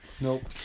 Nope